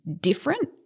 different